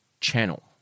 channel